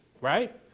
right